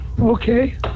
Okay